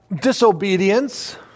disobedience